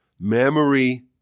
Memory